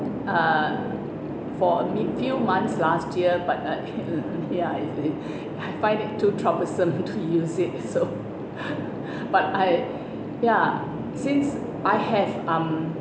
uh for a few months last year but uh ya it's I find it too troublesome for to use it so but I ya since I have um